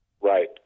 Right